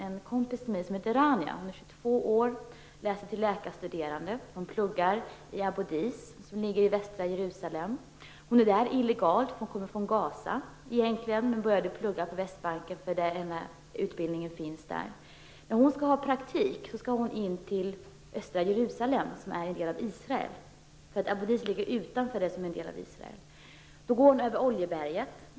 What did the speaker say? En kompis till mig heter Rania, är 22 år och är läkarstuderande. Hon pluggar i Abu Diz, som ligger i västra Jerusalem. Hon är där illegalt. Hon kommer egentligen från Gaza. Hon började plugga på Västbanken därför att utbildningen finns där. När hon skall ha praktik skall hon in till östra Jerusalem, som är en del av Israel. Abu Diz ligger utanför det som är en del av Israel. Hon går över Oljeberget.